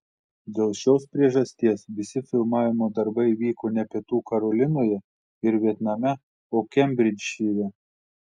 dėl šios priežasties visi filmavimo darbai vyko ne pietų karolinoje ir vietname o kembridžšyre